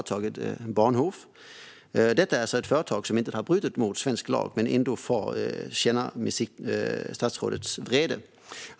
Det är ett företag som inte har brutit mot svensk lag men som ändå fått känna statsrådets vrede.